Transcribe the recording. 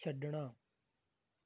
ਛੱਡਣਾ